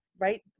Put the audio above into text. right